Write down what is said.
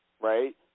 right